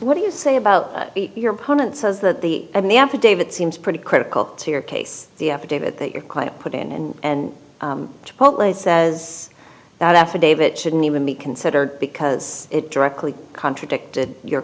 what do you say about your opponent says that the the affidavit seems pretty critical to your case the affidavit that your client put in and hopeless says that affidavit shouldn't even be considered because it directly contradicted your